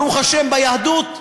ברוך השם, היהדות,